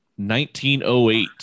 1908